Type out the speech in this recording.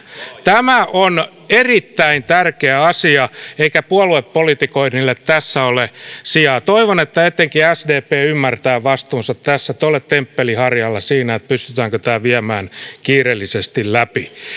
tämä on erittäin tärkeä asia eikä puoluepolitikoinnille tässä ole sijaa toivon että etenkin sdp ymmärtää vastuunsa tässä te olette temppelinharjalla siinä pystytäänkö tämä viemään kiireellisesti läpi